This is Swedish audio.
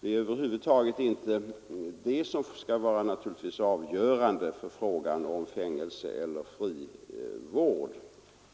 Det är ju inte det som skall vara avgörande för frågan om fängelse eller frivård,